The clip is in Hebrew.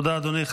תודה, אדוני.